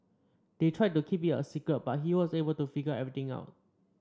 they tried to keep it a secret but he was able to figure everything out